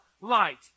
light